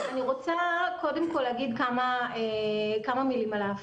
אני רוצה להגיד כמה מילים על האפיק: